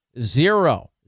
Zero